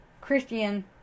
Christian